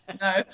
No